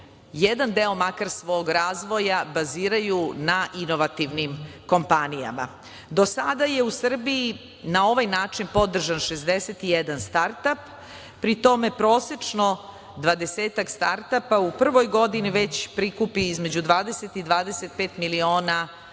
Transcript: jedan deo makar svog razvoja baziraju na inovativnim kompanijama. Do sada je u Srbiji na ovaj način podržan 61 start ap, pritom prosečno dvadesetak start apa u prvoj godini već prikupi između 20 i 25 miliona